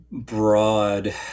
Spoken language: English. broad